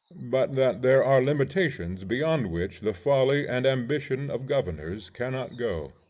but that there are limitations beyond which the folly and ambition of governors cannot go.